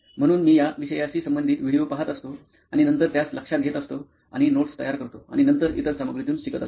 म्हणून मी या विषयाशी संबंधित व्हिडिओ पहात असतो आणि नंतर त्यास लक्षात घेत असतो आणि नोट्स तयार करतो आणि नंतर इतर सामग्रीतुन शिकत असतो